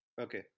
okay